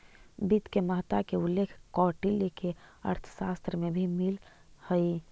वित्त के महत्ता के उल्लेख कौटिल्य के अर्थशास्त्र में भी मिलऽ हइ